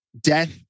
Death